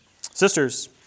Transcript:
Sisters